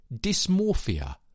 dysmorphia